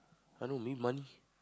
I know you need money